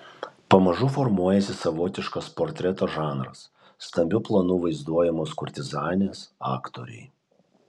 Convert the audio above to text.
pamažu formuojasi savotiškas portreto žanras stambiu planu vaizduojamos kurtizanės aktoriai